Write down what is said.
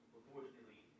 unfortunately